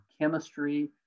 chemistry